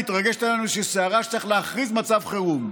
מתרגשת עלינו איזושהי סערה שצריך להכריז מצב חירום.